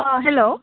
hello